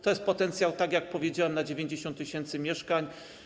To jest potencjał, tak jak powiedziałem, na 90 tys. mieszkań.